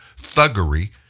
thuggery